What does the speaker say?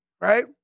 right